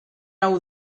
hau